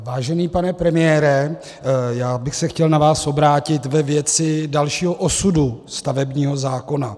Vážený pane premiére, já bych se chtěl na vás obrátit ve věci dalšího osudu stavebního zákona.